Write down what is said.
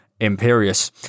imperious